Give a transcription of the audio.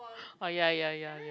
oh ya ya ya ya